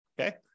okay